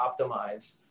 optimize